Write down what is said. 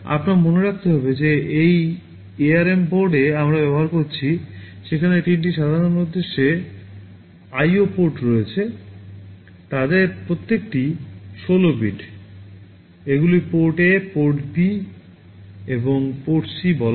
আপনার মনে রাখতে হবে যে এই এআরএম বোর্ডে আমরা ব্যবহার করছি সেখানে তিনটি সাধারণ উদ্দেশ্যে IO PORT রয়েছে তাদের প্রত্যেককেই 16 বিট এগুলিকে পোর্ট A পোর্ট B এবং পোর্ট C বলা হয়